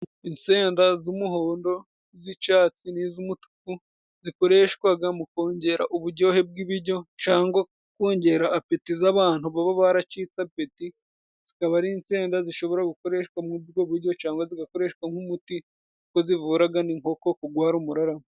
Insenda z'umuhondo iz'icatsi n'iz'umutuku zikoreshwaga mu kongera ubujyohe bw'ibijyo, cangwa kongera appeti z'abantu baba baracitse apeti, zikaba ari insenda zishobora gukoreshwa muri ubwo bujyo cangwa zigakoreshwa nk'umuti, kuko zivuraga n'inkoko kugwara umuraramo.